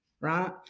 right